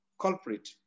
culprit